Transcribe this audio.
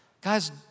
Guys